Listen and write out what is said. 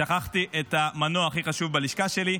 שכחתי את המנוע הכי חשוב בלשכה שלי,